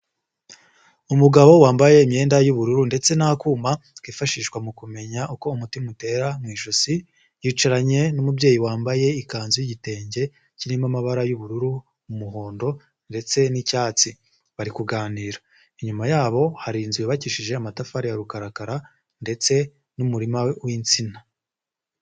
Umugabo wambaye imyenda y'ubururu ndetse n'akuma kifashishwa mu kumenya uko umutima utera mu ijosi, yicaranye n'umubyeyi wambaye ikanzu y'igitenge kirimo amabara y'ubururu, umuhondo ndetse n'icyatsi, bari kuganira. Inyuma yabo hari inzu yubakishije amatafari ya rukarakara ndetse n'umurima w'insina.